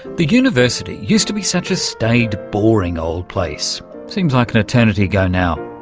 the university used to be such a staid, boring old place. seems like an eternity ago now.